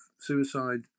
suicide